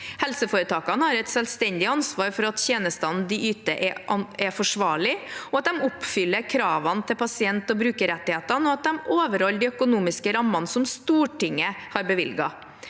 Helseforetakene har et selvstendig ansvar for at tjenestene de yter, er forsvarlige, at de oppfyller kravene til pasient- og brukerrettigheter, og at de overholder de økonomiske rammene som Stortinget har bevilget.